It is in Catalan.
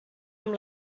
amb